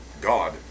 God